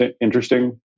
interesting